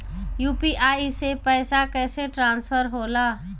UPI से पैसा कैसे ट्रांसफर होला?